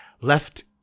Left